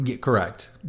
Correct